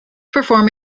perform